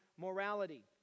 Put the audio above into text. morality